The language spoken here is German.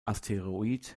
asteroid